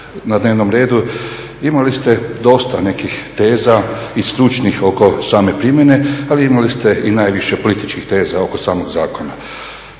na dnevnom redu imali ste dosta nekih teza i stručnih oko same primjene ali imali ste i najviše političkih teza oko samog zakona.